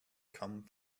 come